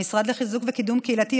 המשרד לחיזוק וקידום קהילתי,